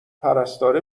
پرستاره